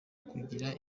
kugira